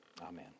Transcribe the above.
Amen